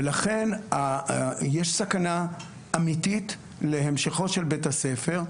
ולכן יש סכנה אמיתית להמשכו של בית הספר,